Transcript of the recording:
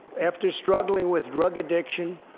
after struggling with drug addiction,